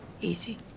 Easy